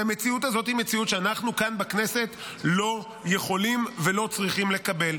והמציאות הזאת היא מציאות שאנחנו כאן בכנסת לא יכולים ולא צריכים לקבל.